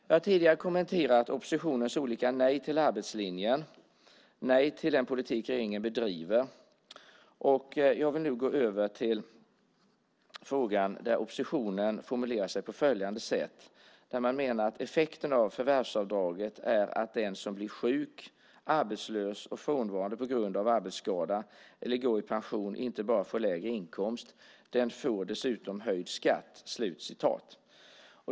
Jag har tidigare kommenterat oppositionens olika nej till arbetslinjen och nej till den politik regeringen bedriver, och jag vill nu gå över till den fråga där oppositionen formulerar sig på följande sätt: Effekten av förvärvsavdraget är att den som blir sjuk, arbetslös och frånvarande på grund av arbetsskada eller går i pension inte bara får lägre inkomst utan får dessutom höjd skatt.